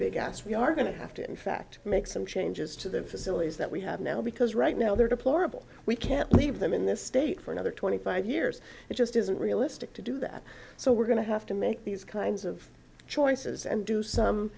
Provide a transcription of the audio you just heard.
big ass we are going to have to in fact make some changes to the facilities that we have now because right now they're deplorable we can't leave them in this state for another twenty five years it just isn't realistic to do that so we're going to have to make these kinds of choices and do some